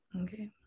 Okay